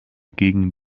gegen